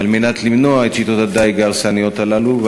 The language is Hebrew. על מנת למנוע את שיטות הדיג ההרסניות הללו,